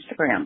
instagram